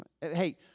Hey